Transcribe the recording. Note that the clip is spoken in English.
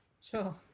Sure